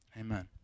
Amen